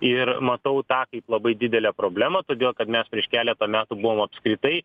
ir matau tą kaip labai didelę problemą todėl kad mes prieš keletą metų buvom apskritai